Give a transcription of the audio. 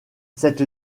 cette